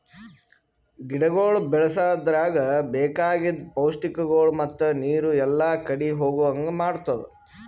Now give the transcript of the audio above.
ಗಿಡಗೊಳ್ ಬೆಳಸದ್ರಾಗ್ ಬೇಕಾಗಿದ್ ಪೌಷ್ಟಿಕಗೊಳ್ ಮತ್ತ ನೀರು ಎಲ್ಲಾ ಕಡಿ ಹೋಗಂಗ್ ಮಾಡತ್ತುದ್